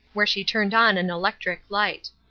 where she turned on an electric light.